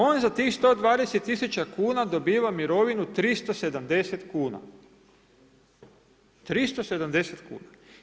On za tih 120 tisuća kuna dobiva mirovinu 370 kuna.